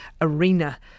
Arena